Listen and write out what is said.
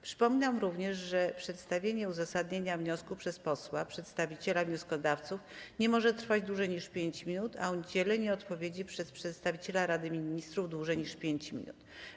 Przypominam również, że przedstawienie uzasadnienia wniosku przez posła przedstawiciela wnioskodawców nie może trwać dłużej niż 5 minut, a udzielenie odpowiedzi przez przedstawiciela Rady Ministrów - dłużej niż 5 minut.